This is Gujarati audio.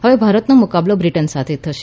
હવે ભારતનો મુકાબલો બ્રિટન સાથે થશે